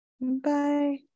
Bye